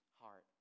heart